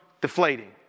deflating